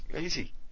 easy